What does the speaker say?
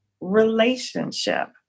relationship